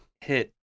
hit